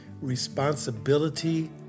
responsibility